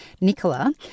Nicola